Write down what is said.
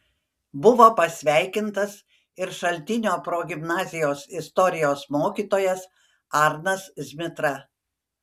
buvo pasveikintas ir šaltinio progimnazijos istorijos mokytojas arnas zmitra